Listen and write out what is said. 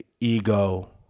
ego